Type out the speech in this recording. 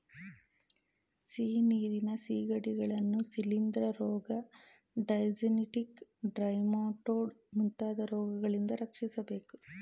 ಸಿಹಿನೀರಿನ ಸಿಗಡಿಗಳನ್ನು ಶಿಲಿಂದ್ರ ರೋಗ, ಡೈಜೆನೆಟಿಕ್ ಟ್ರೆಮಾಟೊಡ್ ಮುಂತಾದ ರೋಗಗಳಿಂದ ರಕ್ಷಿಸಬೇಕು